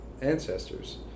ancestors